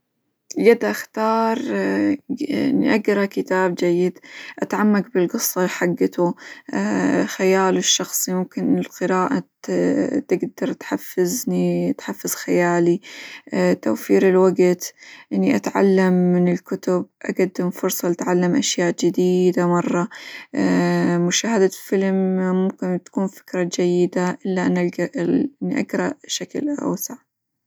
قد أختار إني أقرأ كتاب جيد أتعمق بالقصة حقته خياله الشخصي، ممكن إنه القراءة تقدر تحفزني، تحفز خيالي، توفير الوقت، إني أتعلم من الكتب، أقدم فرصة لأتعلم أشياء جديدة مرة، مشاهدة فيلم ممكن تكون فكرة جيدة إلا -إن الق- إني أقرأ شكل أوسع.